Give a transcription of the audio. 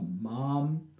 mom